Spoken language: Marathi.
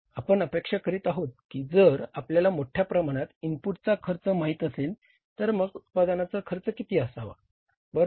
आपण अपेक्षा करीत आहोत की जर आपल्याला मोठ्या प्रमाणात इनपुटचा खर्च माहित असेल तर मग उत्पादनाचा खर्च किती असावा बरोबर